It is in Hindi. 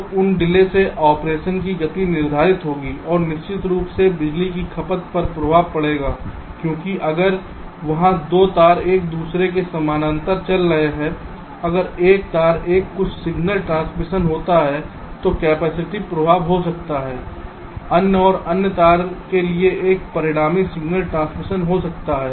तो उन डिले से ऑपरेशन की गति निर्धारित होगी और निश्चित रूप से बिजली की खपत पर प्रभाव पड़ेगा क्योंकि अगर वहां 2 तार एक दूसरे के समानांतर चल रहे हैं अगर एक तार पर कुछ सिगनल ट्रांसमिशन होता है तो कैपेसिटिव प्रभाव हो सकता है अन्य और अन्य तार के लिए एक परिणामी सिगनल ट्रांसमिशन हो सकता है